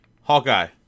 Hawkeye